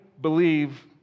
believe